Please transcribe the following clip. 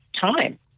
time